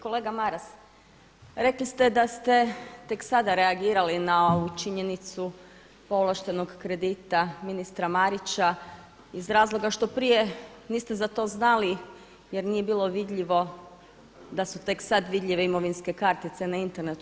Kolega Maras, rekli ste da ste tek sada reagirali na ovu činjenicu povlaštenog kredita ministra Marića iz razloga što prije niste za to znali, jer nije bilo vidljivo da su tek sad vidljive imovinske kartice na internetu.